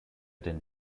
den